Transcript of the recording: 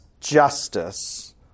justice